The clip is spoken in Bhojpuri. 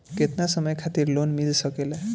केतना समय खातिर लोन मिल सकेला?